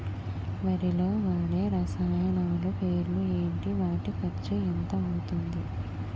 వరిలో వాడే రసాయనాలు పేర్లు ఏంటి? వాటి ఖర్చు ఎంత అవతుంది?